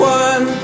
one